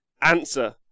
answer